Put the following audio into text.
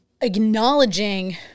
acknowledging